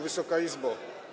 Wysoka Izbo!